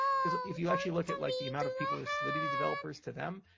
because if you actually look at like the amount of people or solidity developers to them,